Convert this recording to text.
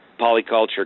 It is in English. polyculture